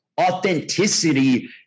authenticity